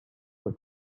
what